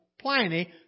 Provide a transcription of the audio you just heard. Pliny